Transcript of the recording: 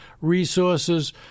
resources